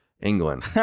England